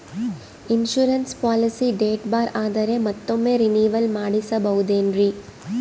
Insurance policy date ಬಾರ್ ಆದರೆ ಮತ್ತೊಮ್ಮೆ ರಿನಿವಲ್ ಮಾಡಿಸಬಹುದೇ ಏನ್ರಿ?